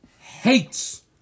hates